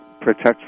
protect